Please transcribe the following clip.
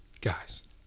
Guys